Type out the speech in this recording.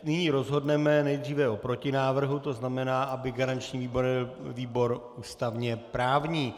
Nyní rozhodneme nejdříve o protinávrhu, tzn., aby garančním výborem byl výbor ústavněprávní.